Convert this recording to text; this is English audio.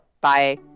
Bye